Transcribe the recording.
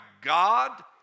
God